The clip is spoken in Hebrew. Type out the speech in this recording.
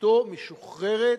אשתו משוחררת,